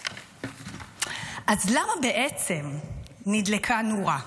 אז למה בעצם נדלקה נורה?